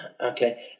okay